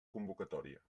convocatòria